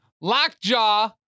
Lockjaw